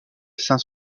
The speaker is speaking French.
saint